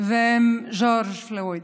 ועם ג'ורג' פלויד.